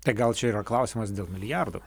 tai gal čia yra klausimas dėl milijardų